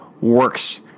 works